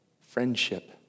Friendship